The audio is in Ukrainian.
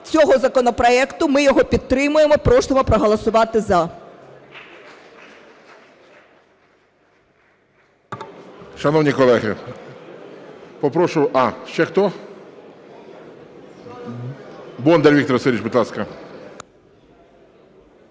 цього законопроекту. Ми його підтримуємо. Просимо проголосувати "за".